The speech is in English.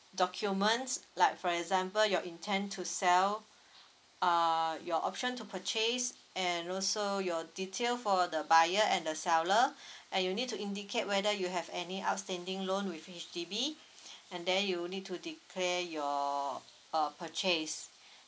documents like for example your intent to sell uh your option to purchase and also your detail for the buyer and the seller and you need to indicate whether you have any outstanding loan with H_D_B and then you need to declare your uh purchase